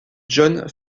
john